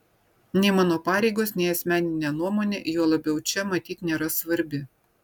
nei mano pareigos nei asmeninė nuomonė juo labiau čia matyt nėra svarbi